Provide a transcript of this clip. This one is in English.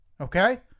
okay